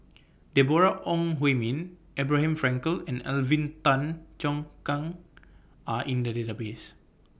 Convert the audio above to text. Deborah Ong Hui Min Abraham Frankel and Alvin Tan Cheong Kheng Are in The Database